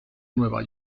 nueva